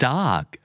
Dog